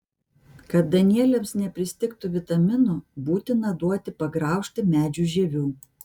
kad danieliams nepristigtų vitaminų būtina duoti pagraužti medžių žievių